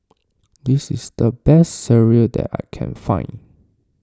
this is the best Sireh that I can find